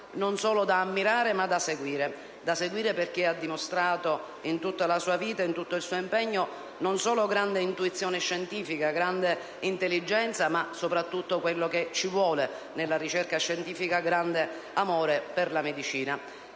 non solo da ammirare, ma da seguire, perché ha dimostrato in tutta la sua vita con il suo impegno non solo grande intuizione scientifica ed intelligenza, ma soprattutto quello di cui necessita la ricerca scientifica, e cioè grande amore per la medicina.